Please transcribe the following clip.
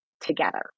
together